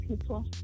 people